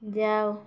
ଯାଅ